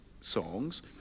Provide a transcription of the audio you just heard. songs